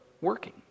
working